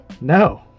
no